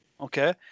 Okay